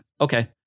okay